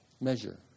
measure